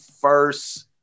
first